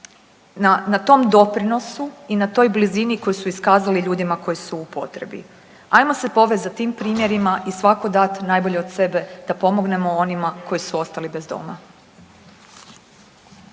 Na tom doprinosu i na toj blizini koju su iskazali ljudima koji su u potrebi. Hajmo se povesti za tim primjerima i svatko dati najbolje od sebe da pomognemo onima koji su ostali bez doma.